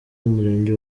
umurenge